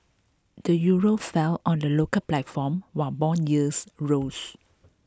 the Euro fell on the local platform while bond yields rose